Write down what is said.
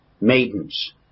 maidens